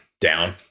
down